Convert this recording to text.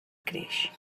creix